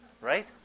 right